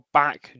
back